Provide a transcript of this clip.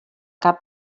cap